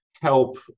help